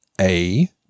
A-